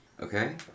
Okay